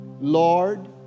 Lord